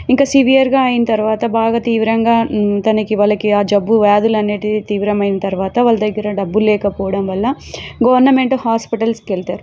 ఇంక సివియర్గా అయిన్ తరవాత బాగా తీవ్రంగా తనకి వాళ్ళకి ఆ జబ్బు వ్యాదులనేటివి తీవ్రమైన తరవాత వాళ్ళ దగ్గర డబ్బులు లేకపోవడం వల్ల గవర్నమెంట్ హాస్పిటల్స్కెళ్తారు